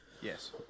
Yes